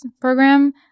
program